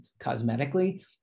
cosmetically